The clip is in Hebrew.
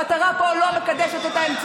המטרה פה לא מקדשת את האמצעים.